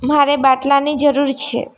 મારે બાટલાની જરૂર છે